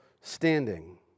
standing